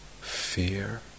fear